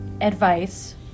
advice